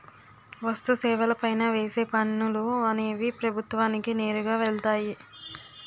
వస్తు సేవల పైన వేసే పనులు అనేవి ప్రభుత్వానికి నేరుగా వెళ్తాయి